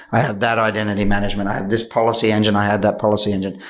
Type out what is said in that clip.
i have that identity management. i have this policy engine. i have that policy engine.